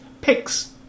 picks